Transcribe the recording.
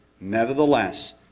Nevertheless